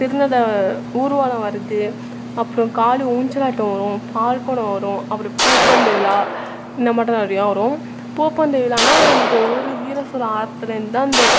திருநத ஊர்வலம் வருது அப்புறோம் காளி ஊஞ்சலாட்டம் வரும் பால் குடம் வரும் அப்புறம் பூ பந்து விழா இந்த மட்டோம் நிறைய வரும் பூ பந்து விழான்னா எங்கள் ஊர் வீரசுர ஆற்றுலேருந்துதான் இந்த